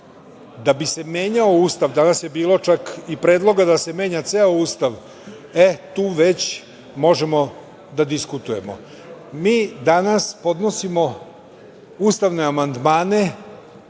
Da bi se menjao Ustav danas je bilo čak i predloga da se menja ceo Ustav, tu već možemo da diskutujemo. Mi danas podnosimo ustavne amandmane